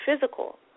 physical